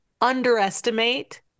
underestimate